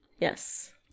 Yes